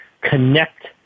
connect